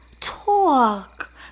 Talk